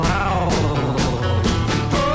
Wow